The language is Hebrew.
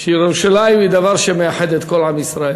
אין ספק שירושלים היא דבר שמאחד את כל עם ישראל.